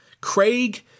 Craig